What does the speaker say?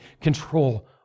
control